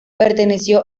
perteneció